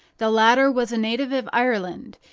the latter was a native of ireland,